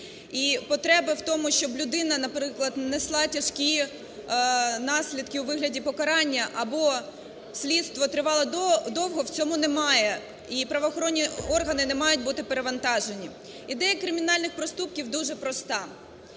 і потреба в тому, щоб людина, наприклад, несла тяжкі наслідки у вигляді покарання або слідство тривало довго в цьому немає, і правоохоронні органи не мають бути перевантажені. Ідея кримінальних проступків дуже проста.